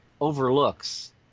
overlooks